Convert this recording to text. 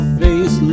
face